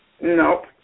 Nope